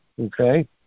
Okay